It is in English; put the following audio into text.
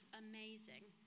amazing